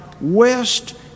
West